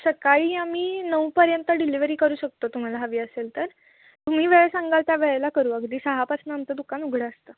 सकाळी आम्ही नऊपर्यंत डिलिवरी करू शकतो तुम्हाला हवी असेल तर तुम्ही वेळ सांगाल त्या वेळेला करू अगदी सहापासनं आमचं दुकान उघडं असतं